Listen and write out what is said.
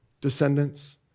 descendants